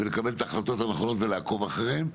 ולקבל את ההחלטות הנכונות ולעקוב אחריהם.